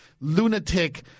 lunatic